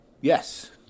Yes